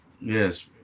Yes